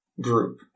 group